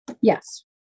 Yes